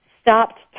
stopped